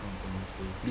accountancy